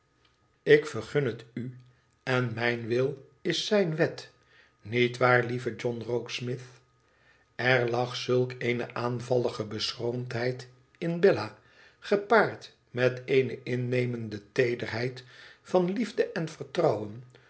fc vergun het u en mijn wil is zijn wet niet waar lieve john rokesmith r lag zulk eene aanvallige beschroomdheid in bella gepaard met eene innemende teederheid van liefde en vertrouwen